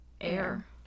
air